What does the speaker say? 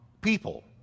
people